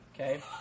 okay